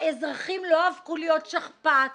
האזרחים לא הפכו להיות שכפ"ץ